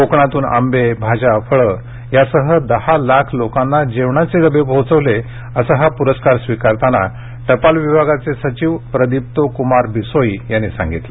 कोकणातून आंबे भाज्या फळं यासह दहा लाख लोकांना जेवणाचे डबे पोहोचवले असं हा प्रस्कार स्वीकारताना टपाल विभागाचे सचिव प्रदीप्तो क्रमार बिसोई म्हणाले